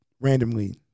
randomly